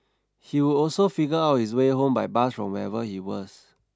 he would also figure out his way home by bus from wherever he was